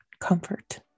comfort